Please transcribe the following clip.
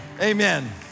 Amen